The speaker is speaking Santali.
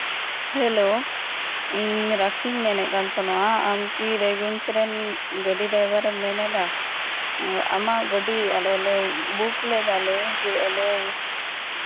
ᱦᱮᱞᱳ ᱤᱧ ᱨᱟᱠᱷᱤᱧ ᱢᱮᱱᱮᱫ ᱠᱟᱱ ᱛᱟᱦᱮᱱᱟ ᱟᱢᱠᱤ ᱨᱟᱭᱜᱚᱸᱡᱽ ᱨᱮᱱ ᱜᱟᱹᱰᱤ ᱰᱨᱟᱭᱵᱷᱟᱨ ᱮᱢ ᱢᱮᱱ ᱮᱫᱟ ᱟᱢᱟᱜ ᱜᱟᱹᱰᱤ ᱟᱞᱮ ᱞᱮ ᱵᱩᱠ ᱞᱮᱫᱟᱞᱮ ᱡᱮ ᱟᱞᱮ